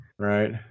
right